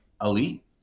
elite